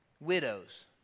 widows